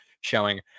showing